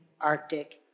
Arctic